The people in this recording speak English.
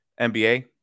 NBA